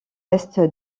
ouest